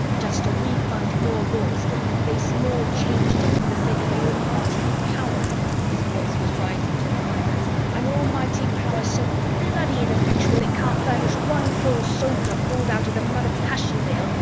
just to refight more wars and face more change death for the sake of an almighty power his voice was rising to a climax an almighty power so bloody ineffectual, it can't furnish one poor soldier pulled out of the mud of passchendaele,